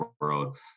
world